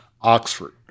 Oxford